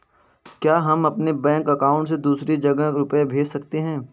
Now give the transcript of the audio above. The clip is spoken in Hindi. क्या हम अपने बैंक अकाउंट से दूसरी जगह रुपये भेज सकते हैं?